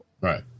Right